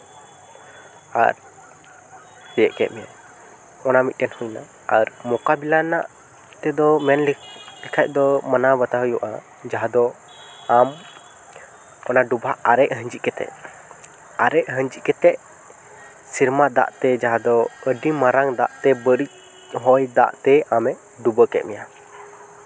ᱟᱨ ᱛᱤᱭᱳᱜ ᱠᱮᱫ ᱢᱮᱭᱟᱭ ᱚᱱᱟ ᱢᱤᱫᱴᱮᱱ ᱦᱩᱭ ᱮᱱᱟ ᱟᱨ ᱢᱳᱠᱟᱵᱤᱞᱟ ᱨᱮᱱᱟᱜ ᱛᱮᱫᱚ ᱢᱮᱱᱞᱮᱠᱷᱟᱱ ᱫᱚ ᱢᱟᱱᱟᱣ ᱵᱟᱛᱟᱣ ᱦᱩᱭᱩᱜᱼᱟ ᱡᱟᱦᱟᱸ ᱫᱚ ᱟᱢ ᱚᱱᱟ ᱰᱚᱵᱷᱟᱜ ᱟᱨᱮᱡ ᱟᱸᱡᱮᱛ ᱠᱟᱛᱮᱫ ᱟᱨᱮᱪ ᱟᱸᱡᱮᱛ ᱠᱟᱛᱮᱫ ᱥᱮᱨᱢᱟ ᱫᱟᱜ ᱛᱮ ᱡᱟᱦᱟᱸ ᱫᱚ ᱟᱹᱰᱤ ᱢᱟᱨᱟᱝ ᱫᱟᱜ ᱛᱮ ᱵᱟᱹᱲᱤᱡᱽ ᱦᱚᱭ ᱫᱟᱜ ᱛᱮ ᱟᱢᱮ ᱰᱩᱵᱟᱹ ᱠᱮᱫ ᱢᱮᱭᱟ